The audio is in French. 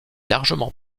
largement